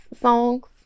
songs